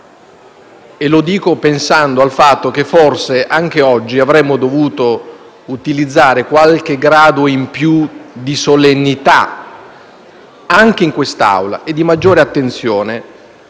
E lo dico pensando al fatto che forse, anche oggi, avremmo dovuto utilizzare qualche grado in più di solennità, anche in questa Aula, e di maggiore attenzione